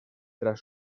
tras